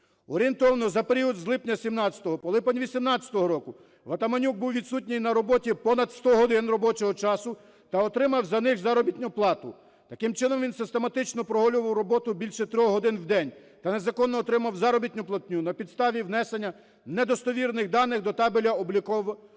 Орієнтовно з липня 17-го по липень 18-го року Ватаманюк був відсутній на роботі понад сто годин робочого часу та отримав за них заробітну плату. Таким чином він систематично прогулював роботу більше трьох годин в день та незаконно отримав заробітну платню на підставі внесення недостовірних даних до табеля обліку